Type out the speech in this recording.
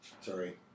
Sorry